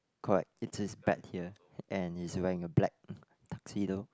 correct it's his pet here and he's wearing a black tuxedo